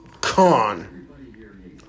Con